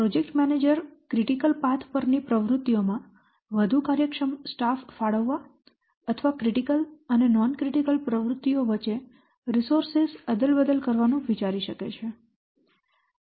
project manager critical path પરની પ્રવૃત્તિઓમાં વધુ કાર્યક્ષમ સ્ટાફ ફાળવવા અથવા ક્રિટિકલ અને બિન ક્રિટિકલ પ્રવૃત્તિઓ વચ્ચે રીસોર્સેસ અદલાબદલ કરવાનું વિચારી શકે છે